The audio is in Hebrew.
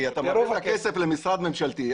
כי מעביר את הכסף למשרד ממשלתי,